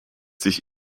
sich